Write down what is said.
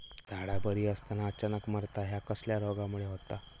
झाडा बरी असताना अचानक मरता हया कसल्या रोगामुळे होता?